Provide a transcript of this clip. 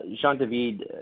Jean-David